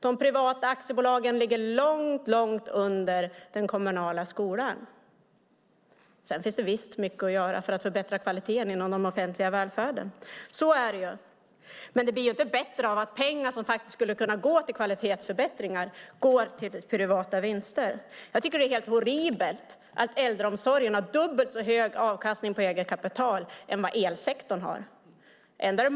De privata aktiebolagen ligger mycket långt under den kommunala skolan. Visst finns det mycket att göra när det gäller att förbättra kvaliteten inom den offentliga välfärden. Men det blir inte bättre av att pengar som skulle kunna gå till kvalitetsförbättringar i stället går till privata vinster. Det är helt horribelt att äldreomsorgen har dubbelt så hög avkastning på eget kapital än elsektorn har.